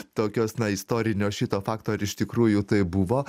tokios na istorinio šito fakto ar iš tikrųjų taip buvo